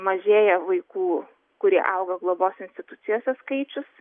mažėja vaikų kurie auga globos institucijose skaičius